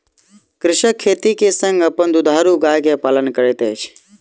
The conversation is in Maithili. कृषक खेती के संग अपन दुधारू गाय के पालन करैत अछि